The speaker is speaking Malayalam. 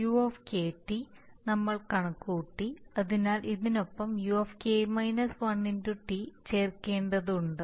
u T u നമ്മൾ കണക്കുകൂട്ടി അതിനാൽ അതിനൊപ്പം u T ചേർക്കേണ്ടതുണ്ട്